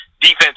Defense